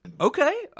Okay